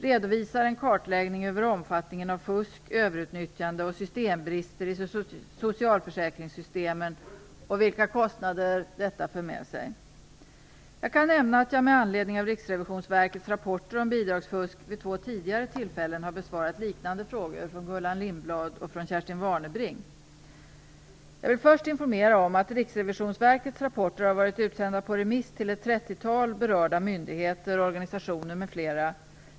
1993 94:11), redovisar en kartläggning över omfattningen av fusk, överutnyttjande och systembrister i socialförsäkringssystemen och vilka kostnader detta för med sig. Jag kan nämna att jag med anledning av Riksrevisionsverkets rapporter om bidragsfusk vid två tidigare tillfällen har besvarat liknande frågor från Gullan Jag vill först informera om att Riksrevisionsverkets rapporter har varit utsända på remiss till ett trettiotal berörda myndigheter, organisationer, m.fl.